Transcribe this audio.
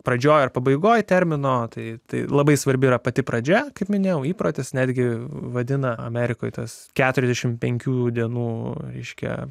pradžioje ar pabaigoje termino tai tai labai svarbi yra pati pradžia kaip minėjau įprotis netgi vadina amerikoje tas keturiasdešimt penkių dienų reiškia